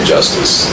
Justice